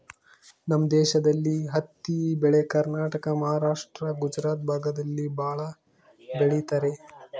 ನಮ್ ದೇಶದಲ್ಲಿ ಹತ್ತಿ ಬೆಳೆ ಕರ್ನಾಟಕ ಮಹಾರಾಷ್ಟ್ರ ಗುಜರಾತ್ ಭಾಗದಲ್ಲಿ ಭಾಳ ಬೆಳಿತರೆ